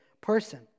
person